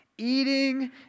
Eating